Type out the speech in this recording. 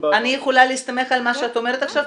אני יכולה להסתמך על מה שאת אומרת עכשיו?